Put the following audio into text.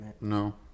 no